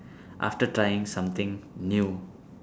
after trying something new